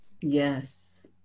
Yes